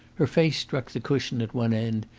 her face struck the cushion at one end,